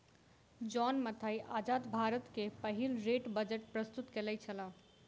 John Mathai आजाद भारत के पहिल रेल बजट प्रस्तुत केनई छला